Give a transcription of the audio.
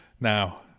Now